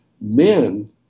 men